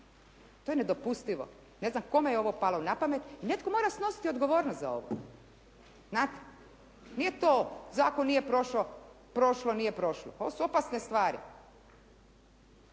To je nedopustivo, ne znam kome je ovo palo na pamet i netko mora snositi odgovornost za ovo. Znate? Nije to, zakon nije prošao, prošlo nije prošlo. Pa ovo su opasne stvari.